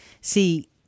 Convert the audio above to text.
See